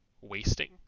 wasting